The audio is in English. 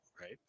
right